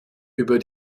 über